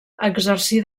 exercí